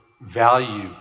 value